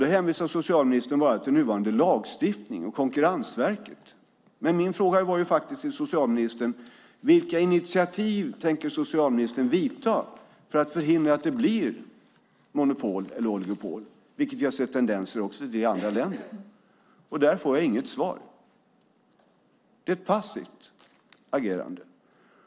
Då hänvisar socialministern bara till nuvarande lagstiftning och Konkurrensverket. Men min fråga till socialministern var faktiskt vilka initiativ socialministern tänker ta för att förhindra att det blir monopol eller oligopol, vilket vi har sett tendenser till i andra länder. Där får jag inget svar. Det är ett passivt agerande.